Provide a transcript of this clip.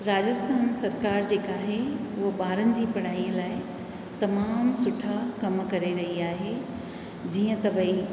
राजस्थान सरकार जेका आहे उहो ॿारनि जी पढ़ाईअ लाइ तमामु सुठा कमु करे रई आहे जीअं त भई